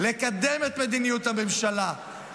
לקדם את מדיניות הממשלה,